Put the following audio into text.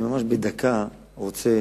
אני ממש בדקה רוצה